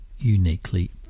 Uniquely